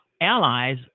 allies